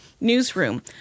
newsroom